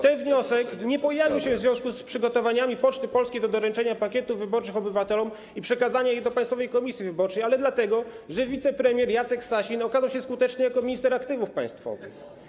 Ten wniosek nie pojawił się w związku z przygotowaniami Poczty Polskiej do doręczenia pakietów wyborczych obywatelom i przekazania ich do Państwowej Komisji Wyborczej, ale dlatego, że wicepremier Jacek Sasin okazał się skuteczny jako minister aktywów państwowych.